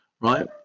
right